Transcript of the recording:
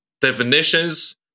definitions